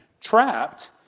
trapped